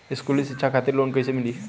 स्कूली शिक्षा खातिर लोन कैसे मिली?